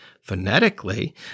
Phonetically